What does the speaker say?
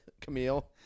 Camille